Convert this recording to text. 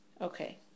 Okay